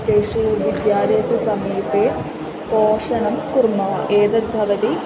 तेषु विद्यालयस्य समीपे पोषणं कुर्मः एतत् भवति